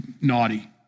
naughty